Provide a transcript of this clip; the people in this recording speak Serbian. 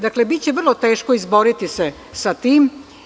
Dakle, biće vrlo teško izboriti se sa tim.